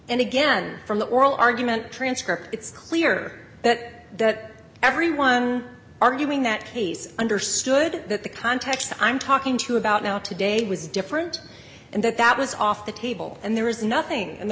and again from the oral argument transcript it's clear that everyone arguing that case understood that the context i'm talking to about now today was different and that that was off the table and there is nothing in the